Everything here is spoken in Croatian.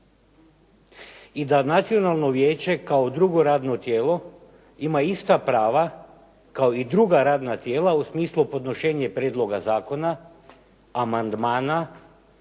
i da Nacionalno vijeće kao drugo radno tijelo ima ista prava kao i druga radna tijela, u smislu podnošenje prijedloga zakona, amandmana,